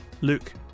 Luke